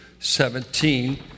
17